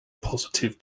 positive